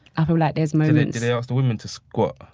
i feel like there's moments do they ask women to squat?